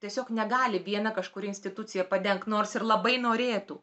tiesiog negali viena kažkuri institucija padengt nors ir labai norėtų